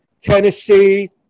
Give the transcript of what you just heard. Tennessee